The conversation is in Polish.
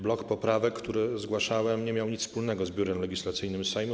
Blok poprawek, który zgłaszałem, nie miał nic wspólnego z Biurem Legislacyjnym Sejmu.